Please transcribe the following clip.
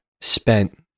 spent